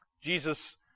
Jesus